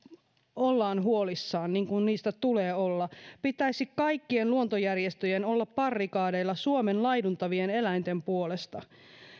ollaan huolissaan niin kuin niistä tulee olla pitäisi kaikkien luontojärjestöjen olla barrikadeilla suomen laiduntavien eläinten puolesta